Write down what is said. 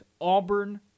Auburn